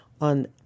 on